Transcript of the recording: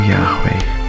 Yahweh